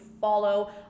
follow